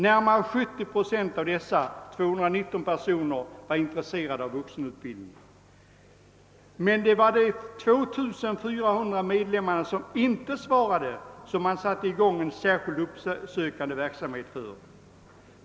Närmare 70 procent av dessa, 219 personer, sade sig vara intresserade av vuxenutbildning. Men det var de 2400 medlemmar som inte svarade som man satte i gång en särskild, uppsökande verksamhet för.